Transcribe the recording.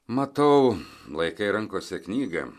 matau laikai rankose knygą